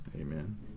Amen